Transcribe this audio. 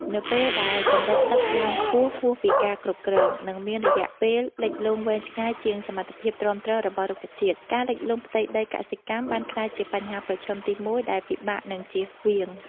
នៅពេលដែលកម្រិតទឹកឡើងខ្ពស់ហួសពីការគ្រប់គ្រង និងមានរយៈពេលលិចលង់វែងឆ្ងាយជាងសមត្ថភាពទ្រាំទ្ររបស់រុក្ខជាតិ ការលិចលង់ផ្ទៃដីកសិកម្មបានក្លាយជាបញ្ហាប្រឈមទីមួយដែលពិបាកនឹងជៀសវាង។